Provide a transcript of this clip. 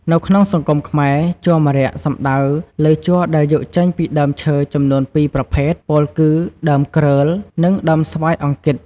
នៅក្នុងសង្គមខ្មែរ ជ័រ ម្រ័ក្សណ៍សំដៅលើជ័រដែលយកចេញពីដើមឈើចំនួនពីរប្រភេទ ពោលគឺដើមគ្រើល និងដើមស្វាយអង្គិត។